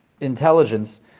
intelligence